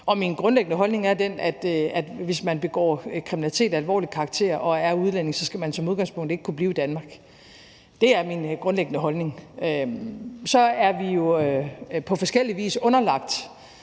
min grundlæggende holdning er den, at man, hvis man begår kriminalitet af alvorlig karakter og er udlænding, som udgangspunkt ikke skal kunne blive i Danmark. Det er min grundlæggende holdning. Så er vi jo på forskellig vis også underlagt